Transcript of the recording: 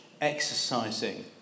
exercising